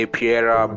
Piera